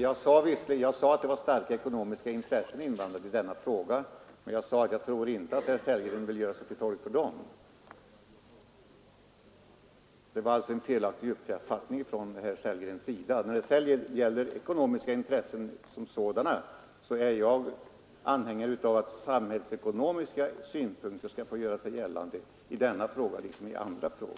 Jag sade att det var starka ekonomiska intressen inblandade i denna fråga, men jag tillade att jag inte tror att herr Sellgren vill göra sig till tolk för dem. Herr Sellgren missuppfattade mig. Vad beträffar ekonomiska intressen som sådana är jag anhängare av att samhällsekonomiska synpunkter skall få göra sig gällande i denna fråga liksom i andra frågor.